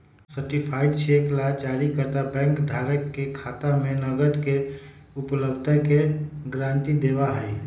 certified cheque ला जारीकर्ता bank धारक के खाता में नकद के उपलब्धता के गारंटी देवा हई